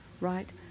right